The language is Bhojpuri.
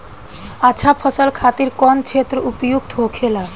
अच्छा फसल खातिर कौन क्षेत्र उपयुक्त होखेला?